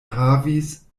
havis